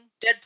Deadpool